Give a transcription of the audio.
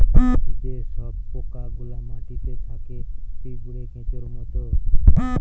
যে সব পোকা গুলা মাটিতে থাকে পিঁপড়ে, কেঁচোর মত